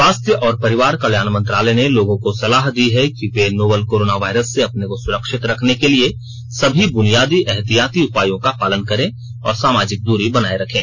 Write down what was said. स्वास्थ्य और परिवार कल्याण मंत्रालय ने लोगों को सलाह दी है कि वे नोवल कोरोना वायरस से अपने को सुरक्षित रखने के लिए सभी बुनियादी एहतियाती उपायों का पालन करें और सामाजिक दूरी बनाए रखें